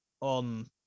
on